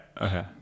okay